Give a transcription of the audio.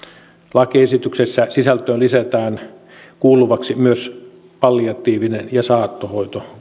lakiesityksessä lisätään kunnan tehtäviksi myös palliatiivinen ja saattohoito